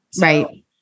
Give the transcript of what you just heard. Right